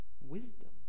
wisdom